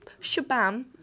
shabam